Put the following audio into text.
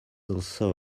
also